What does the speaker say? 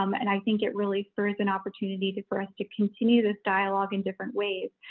um and i think it really throws an opportunity to, for us to continue this dialogue in different ways.